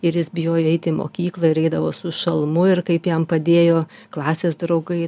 ir jis bijojo eiti į mokyklą ir eidavo su šalmu ir kaip jam padėjo klasės draugai